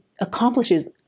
accomplishes